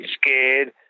scared